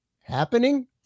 happening